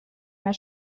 mehr